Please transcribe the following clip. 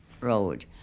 Road